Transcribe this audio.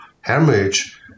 hemorrhage